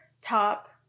top